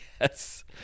yes